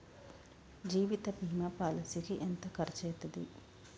జీవిత బీమా పాలసీకి ఎంత ఖర్చయితది?